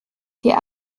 die